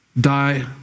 die